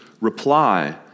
reply